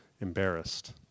embarrassed